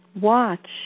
Watch